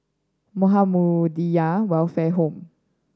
Muhammadiyah Welfare Home